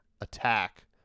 attack